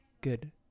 good